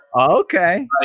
Okay